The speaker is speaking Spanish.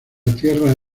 tierra